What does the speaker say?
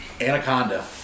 Anaconda